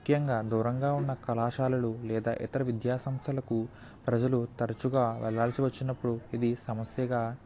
ముఖ్యంగా దూరంగా ఉన్న కళాశాలలు లేదా ఇతర విద్యాసంస్థలకు ప్రజలు తరుచుగా వెళ్లాల్సివచ్చినప్పుడు ఇది సమస్యగా